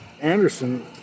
Anderson